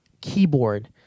keyboard